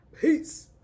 peace